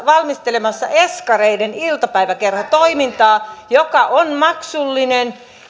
valmistelemassa eskareiden iltapäiväkerhotoimintaa joka on maksullinen